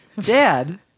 Dad